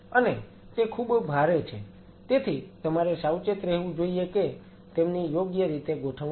અને તે ખુબ ભારે છે તેથી તમારે સાવચેત રહેવું જોઈએ કે તેમની યોગ્ય રીતે ગોઠવણી કરો